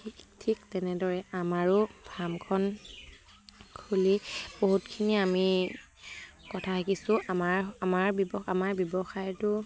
ঠিক ঠিক তেনেদৰে আমাৰো ফাৰ্মখন খুলি বহুতখিনি আমি কথা শিকিছোঁ আমাৰ আমাৰ ব্যৱসায় আমাৰ ব্যৱসায়টো